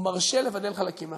הוא מרשה לבדל חלקים מהחברה.